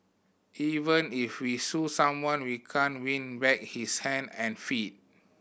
even if we sue someone we can't win back his hand and feet